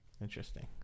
Interesting